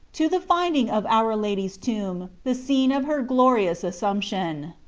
to the finding of our lady s tomb, the scene of her glorious assumption.